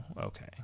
okay